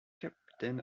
captain